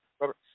Robert